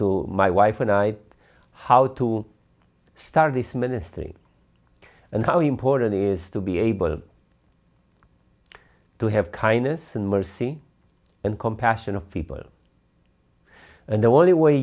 to my wife and i how to start this ministry and how important is to be able to have kindness and mercy and compassion of people and the only way